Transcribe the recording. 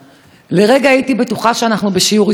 לרגע הייתי בטוחה שאנחנו בשיעור היסטוריה,